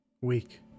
weak